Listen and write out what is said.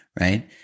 right